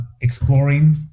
exploring